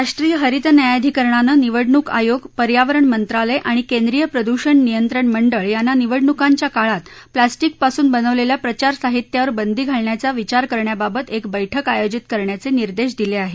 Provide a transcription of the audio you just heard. राष्ट्रीय हरित न्यायाधिकरणानं निवडणूक आयोग पर्यावरण मंत्रालय आणि केंद्रीय प्रदूषण नियंत्रण मंडळ यांना निवडणुकांच्या काळात प्लॅस्टिकपासून बनवलेल्या प्रचार साहित्यावर बंदी घालण्याचा विचार करण्याबाबत एक बैठक आयोजित करण्याचे निर्देश दिले आहेत